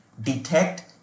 detect